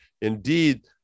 indeed